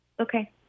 Okay